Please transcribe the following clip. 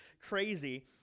crazy